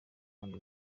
kandi